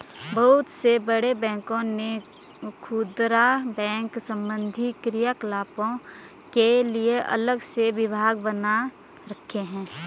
बहुत से बड़े बैंकों ने खुदरा बैंक संबंधी क्रियाकलापों के लिए अलग से विभाग बना रखे हैं